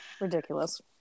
ridiculous